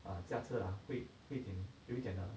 ah 驾车啊会挺有一点 err